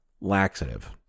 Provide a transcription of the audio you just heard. laxative